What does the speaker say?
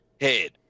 head